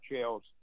Shells